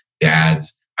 dads